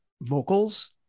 vocals